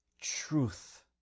truth